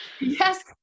Yes